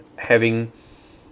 having